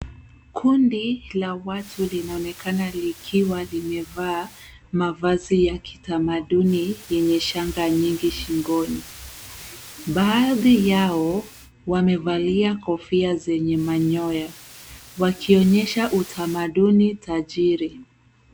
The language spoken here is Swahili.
Kundi la watu linaonekana likiwa limevaa mavazi ya kitamaduni yenye shanga nyingi shingoni. Baadhi yao wamevalia kofia zenye manyoya, wakionyesha utamaduni tajiri.